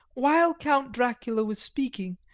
while count dracula was speaking,